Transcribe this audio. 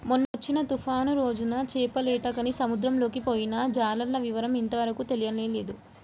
మొన్నొచ్చిన తుఫాను రోజున చేపలేటకని సముద్రంలోకి పొయ్యిన జాలర్ల వివరం ఇంతవరకు తెలియనేలేదు